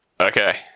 Okay